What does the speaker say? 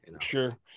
Sure